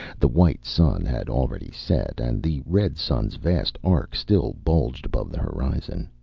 the white sun had already set and the red sun's vast arc still bulged above the horizon.